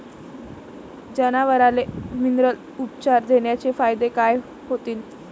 जनावराले मिनरल उपचार देण्याचे फायदे काय होतीन?